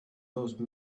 those